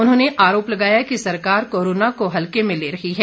उन्होंने आरोप लगाया कि सरकार कोरोना के हल्के में ले रही है